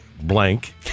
blank